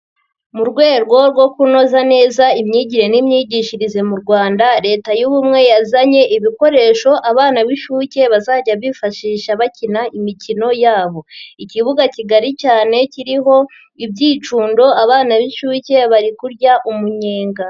Mu rwego rwo kunoza neza imyigire n'imyigishirize mu Rwanda, Leta y'ubumwe yazanye ibikoresho abana b'inshuke bazajya bifashisha bakina imikino yabo. Ikibuga kigari cyane kiriho ibyicundo, abana b'inshuke bari kurya umunyenga.